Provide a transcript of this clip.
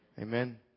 Amen